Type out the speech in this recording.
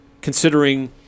considering